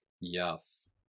Yes